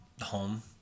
home